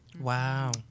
Wow